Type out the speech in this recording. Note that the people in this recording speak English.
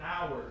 hours